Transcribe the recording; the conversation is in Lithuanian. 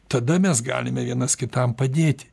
tada mes galime vienas kitam padėti